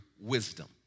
wisdom